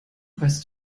weißt